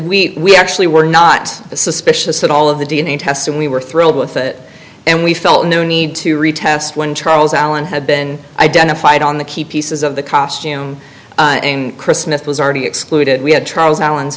but we actually were not suspicious at all of the d n a tests and we were thrilled with it and we felt no need to retest when charles allen had been identified on the key pieces of the costume and christmas was already excluded we had charles